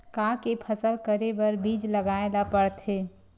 का के फसल करे बर बीज लगाए ला पड़थे?